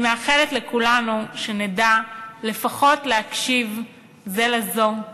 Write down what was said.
אני מאחלת לכולנו שנדע לפחות להקשיב זה לזו,